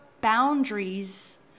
boundaries